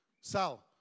Sal